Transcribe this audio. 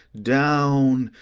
down,